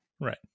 Right